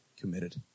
committed